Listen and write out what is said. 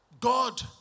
God